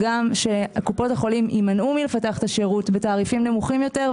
קופות החולים יימנעו מפיתוח השירות בתעריפים נמוכים יותר,